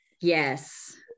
yes